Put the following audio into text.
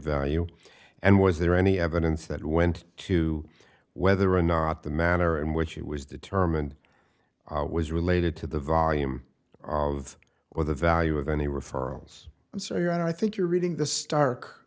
value and was there any evidence that went to whether or not the manner in which it was determined was related to the volume of or the value of any referrals so your honor i think you're reading the stark